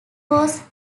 was